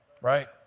right